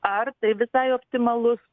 ar tai visai optimalus